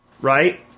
right